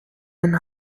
and